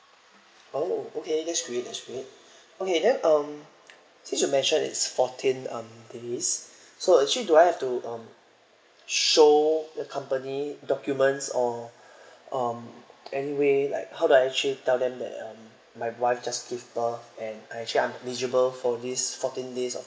oh okay that's great that's great okay then um since you mentioned is fourteen um days so actually do I have to um show the company documents or um anyway like how do I actually tell them that um my wife just give birth and I actually I'm eligible for this fourteen days of